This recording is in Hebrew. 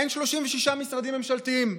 אין 36 משרדים ממשלתיים.